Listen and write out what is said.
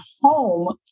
home